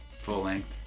full-length